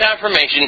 confirmation